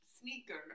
sneaker